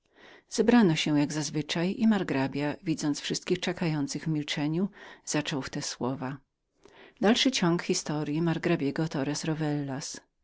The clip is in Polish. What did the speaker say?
zebrano się jak zazwyczaj i margrabia widząc wszystkich oczekujących w milczeniu zaczął w te słowa mówiłem wam